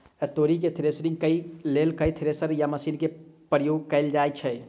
तोरी केँ थ्रेसरिंग केँ लेल केँ थ्रेसर या मशीन केँ प्रयोग कैल जाएँ छैय?